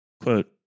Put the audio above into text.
Quote